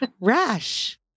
rash